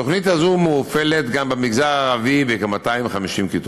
התוכנית הזו מופעלת גם במגזר הערבי בכ-250 כיתות.